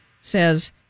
says